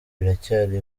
biracyari